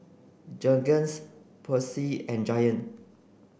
Jergens Persil and Giant